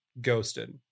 ghosted